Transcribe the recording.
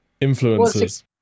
Influences